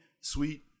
sweet